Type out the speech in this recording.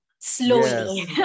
slowly